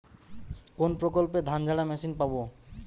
কোনপ্রকল্পে ধানঝাড়া মেশিন পাব?